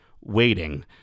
waiting